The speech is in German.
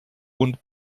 und